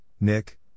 Nick